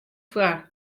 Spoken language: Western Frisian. foar